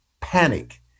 Panic